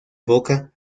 boca